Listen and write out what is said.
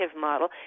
model